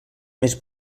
més